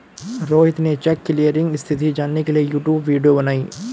रोहित ने check clearing स्थिति जानने के लिए यूट्यूब वीडियो बनाई